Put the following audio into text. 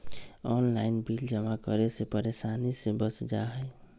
Online bill जमा करे से परेशानी से बच जाहई?